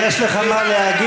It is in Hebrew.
אם יש לך מה להגיד,